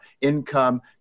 income